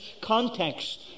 context